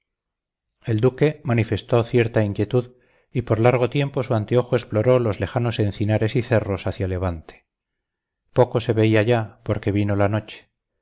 el duque manifestó cierta inquietud y por largo tiempo su anteojo exploró los lejanos encinares y cerros hacia levante poco se veía ya porque vino la noche